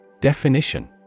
Definition